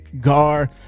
Gar